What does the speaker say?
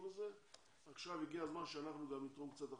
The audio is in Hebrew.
לזה ועכשיו הגיע הזמן שאנחנו גם נתרום קצת החוצה.